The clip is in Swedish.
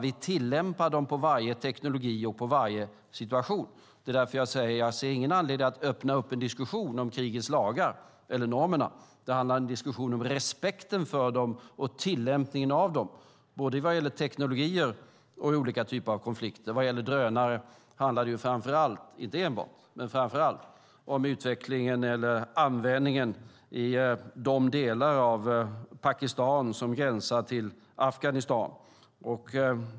Vi tillämpar dem på varje teknologi och på varje situation. Det är därför jag säger att jag inte ser någon anledning att öppna upp en diskussion om krigets lagar eller normerna. Det handlar om en diskussion om respekten för dem och tillämpningen av dem, både vad gäller teknologier och olika typer av konflikter. Vad gäller drönare handlar det, inte enbart men framför allt om utvecklingen eller användningen i de delar av Pakistan som gränsar till Afghanistan.